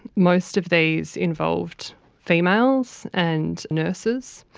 most of these involved females and nurses.